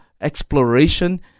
exploration